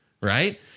Right